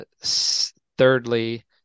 Thirdly